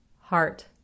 Heart